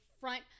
front